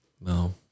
No